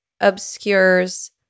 obscures